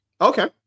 Okay